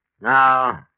Now